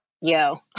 Yo